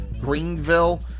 Greenville